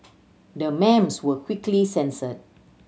the memes were quickly censored